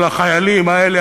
החיילים האלה,